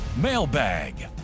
mailbag